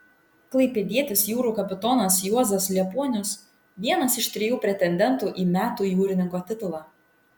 klaipėdietis jūrų kapitonas juozas liepuonius vienas iš trijų pretendentų į metų jūrininko titulą